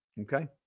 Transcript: Okay